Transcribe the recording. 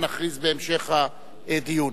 נכריז בהמשך הדיון.